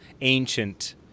ancient